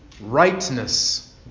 rightness